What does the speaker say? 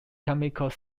chemical